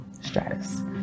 Stratus